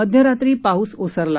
मध्यरात्री पाऊस ओसरला